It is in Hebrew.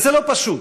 וזה לא פשוט,